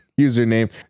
username